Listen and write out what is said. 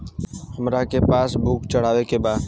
हमरा के पास बुक चढ़ावे के बा?